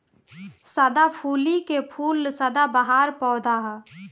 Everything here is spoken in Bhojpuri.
सदाफुली के फूल सदाबहार पौधा ह